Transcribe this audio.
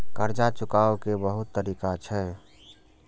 कर्जा चुकाव के बहुत तरीका छै?